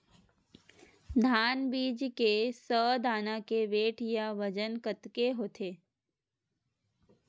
धान बीज के सौ दाना के वेट या बजन कतके होथे?